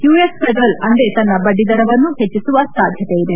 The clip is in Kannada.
ಯುಎಸ್ ಫೆಡರಲ್ ಅಂದೇ ತನ್ನ ಬಡ್ಡಿದರವನ್ನು ಹೆಚ್ಚಿಸುವ ಸಾಧ್ಯತೆಯಿದೆ